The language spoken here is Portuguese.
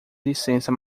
licença